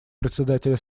председателя